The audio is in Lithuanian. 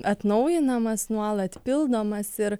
atnaujinamas nuolat pildomas ir